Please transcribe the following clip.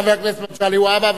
חבר הכנסת מגלי והבה,